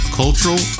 cultural